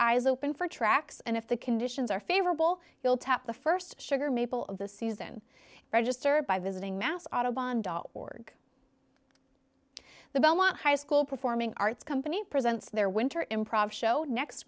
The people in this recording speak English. eyes open for tracks and if the conditions are favorable you'll tap the st sugar maple of the season register by visiting mass audubon dot org the belmont high school performing arts company presents their winter improv